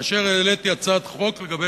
כאשר העליתי הצעת חוק לגבי